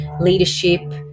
leadership